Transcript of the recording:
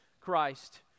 Christ